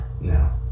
No